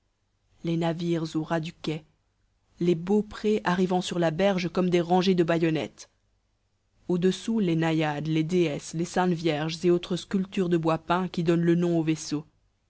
les navires au ras du quai les beauprés arrivant sur la berge comme des rangées de baïonnettes au-dessous les naïades les déesses les saintes vierges et autres sculptures de bois peint qui donnent le nom au vaisseau